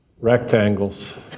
Rectangles